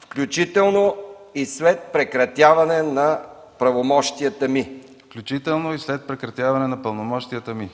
включително и след прекратяване на правомощията ми.